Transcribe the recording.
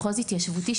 מחוז התיישבותי,